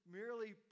merely